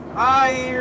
i